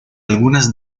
algunas